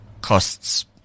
costs